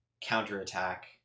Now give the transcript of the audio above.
Counter-Attack